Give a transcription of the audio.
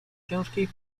ciężkiej